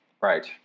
Right